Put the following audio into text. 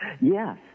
yes